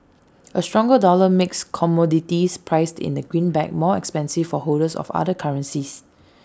A stronger dollar makes commodities priced in the greenback more expensive for holders of other currencies